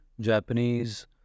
Japanese